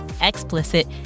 explicit